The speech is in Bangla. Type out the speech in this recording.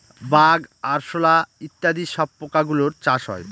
বাগ, আরশোলা ইত্যাদি সব পোকা গুলোর চাষ হয়